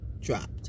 dropped